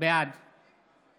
בעד